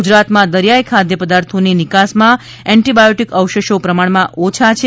ગુજરાતમાં દરિયાઈ ખાદ્ય પદાર્થોની નિકાસમાં એન્ટિબાયોટિક અવશેષો પ્રમાણમાં ઓછા પ્રમાણ છે